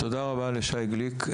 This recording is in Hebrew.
תודה רבה לשי גליק.